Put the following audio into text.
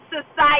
society